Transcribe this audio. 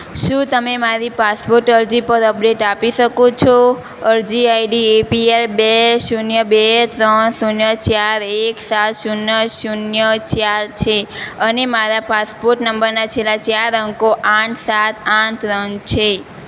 શું તમે મારી પાસપોર્ટ અરજી પર અપડેટ આપી શકો છો અરજી આઈડી એપીએલ બે શૂન્ય બે ત્રણ શૂન્ય ચાર એક સાત શૂન્ય શૂન્ય ચાર છે અને મારા પાસપોર્ટ નંબરના છેલ્લા ચાર અંકો આઠ સાત આઠ ત્રણ છે